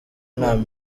nta